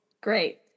Great